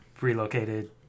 Relocated